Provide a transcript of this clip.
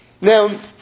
Now